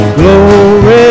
glory